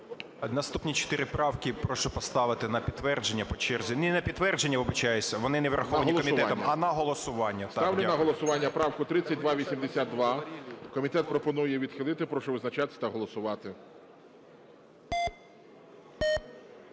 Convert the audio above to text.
Наступні чотири правки прошу поставити на підтвердження по черзі. Не на підтвердження, вибачаюсь, вони не враховані комітентом, а на голосування. ГОЛОВУЮЧИЙ. Ставлю на голосування правку 3282. Комітет пропонує відхилити. Прошу визначатись та голосувати.